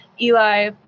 Eli